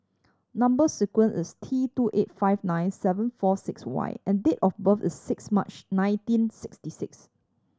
number sequence is T two eight five nine seven four six Y and date of birth is six March nineteen sixty six